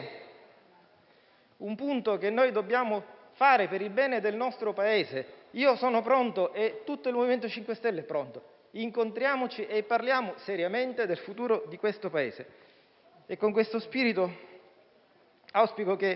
un punto che dobbiamo perseguire per il bene del nostro Paese. Sono pronto e tutto il MoVimento 5 Stelle lo è. Incontriamoci e parliamo seriamente del futuro di questo Paese. Con questo spirito, auspico che